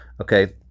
Okay